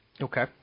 okay